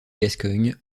gascogne